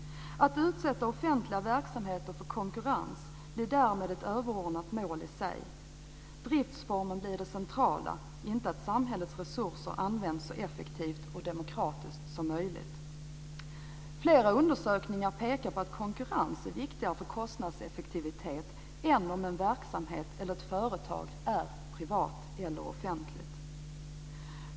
Att utsätta offentliga verksamheter för konkurrens blir därmed ett överordnat mål i sig. Driftsformen blir det centrala - inte att samhällets resurser används så effektivt och demokratiskt som möjligt. Flera undersökningar pekar på att konkurrens är viktigare för kostnadseffektivitet än om en verksamhet eller ett företag är privat eller offentligt.